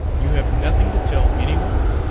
you have nothing to tell anyone?